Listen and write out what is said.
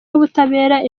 w’ubutabera